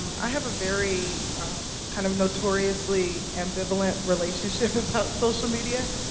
i have a very kind of notoriously ambivalent relationship about social media,